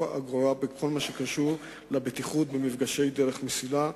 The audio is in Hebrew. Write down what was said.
אגורה בכל מה שקשור לבטיחות במפגשי דרך מסילה.